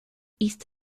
east